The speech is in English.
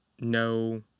no